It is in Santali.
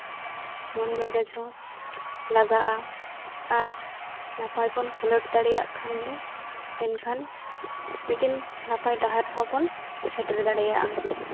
ᱢᱚᱱ ᱢᱮᱡᱟᱡᱽ ᱦᱚᱸ ᱞᱟᱜᱟᱜᱼᱟ ᱟᱨ ᱱᱟᱯᱟᱭ ᱵᱚᱱ ᱠᱷᱮᱞᱳᱰ ᱫᱟᱲᱮᱭᱟᱜ ᱠᱷᱟᱱ ᱜᱮ ᱮᱱᱠᱷᱟᱱ ᱢᱤᱫᱴᱮᱱ ᱱᱟᱯᱟᱭ ᱰᱟᱦᱟᱨ ᱦᱚᱸ ᱵᱚᱱ ᱥᱮᱴᱮᱨ ᱫᱟᱲᱮᱭᱟᱜᱼᱟ